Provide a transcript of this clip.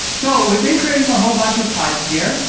so we've been creating a whole bunch of types here,